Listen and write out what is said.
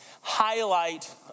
highlight